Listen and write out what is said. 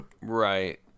right